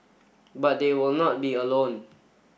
but they will not be alone